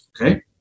Okay